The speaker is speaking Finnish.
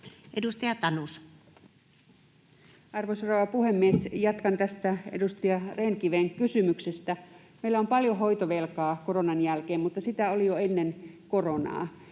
Content: Arvoisa rouva puhemies! Jatkan tästä edustaja Rehn-Kiven kysymyksestä. Meillä on paljon hoitovelkaa koronan jälkeen, mutta sitä oli jo ennen koronaa.